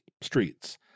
streets